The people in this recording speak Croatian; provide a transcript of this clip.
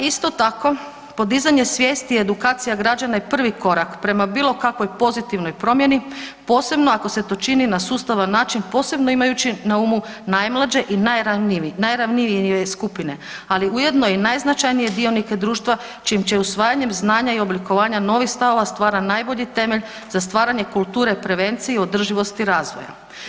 Isto tako, podizanje svijesti i edukacija građana je prvi korak prema bilo kakvoj pozitivnoj promjeni posebno ako se to čini na sustav način posebno imajući na umu najmlađe i najranjivije skupine, ali ujedno i najznačajnije dionike društva čijim će usvajanjem znanja i oblikovanja novih stavova stvara najbolji temelj za stvaranje kulture prevencije i održivosti razvoja.